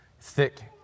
thick